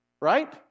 right